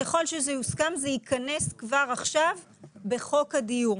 וככל שזה יוסכם זה ייכנס כבר עכשיו בחוק הדיור.